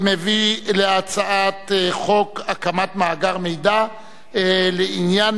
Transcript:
אני קובע שהצעת חוק ביטוח בריאות ממלכתי (תיקון,